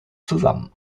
zusammen